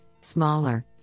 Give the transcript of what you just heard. smaller